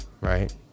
right